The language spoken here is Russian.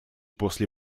после